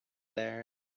there